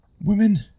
women